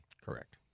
Correct